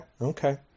Okay